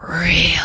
real